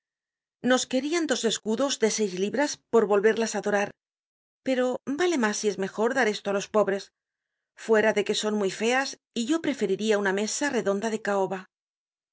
nos querian dos escudos de seis libras por volverlas á dorar pero vale mas y es mejor dar esto á los pobres fuera de que son muy feas y yo preferiria una mesa redonda de caoba